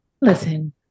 Listen